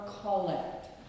collect